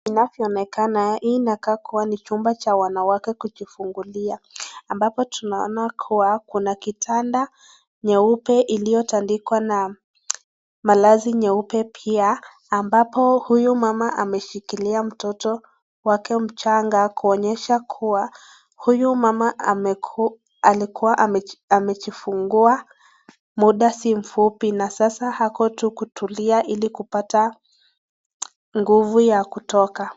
Inavyo eneka hii inakaa kuwa ni chumba cha wanawake kujifungulia ambapo tunaona kuwa kuna kitanda nyeupe iliyo tandikwa na malazi nyeupe pia ambapo huyu mama ameshikilia mtoto wake mchanga, kuonyesha kuwa huyu mama alikuwa amejifungua muda si mfupi na sasa ako tu kutulia ili kupata nguvu ya kutoka.